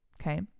Okay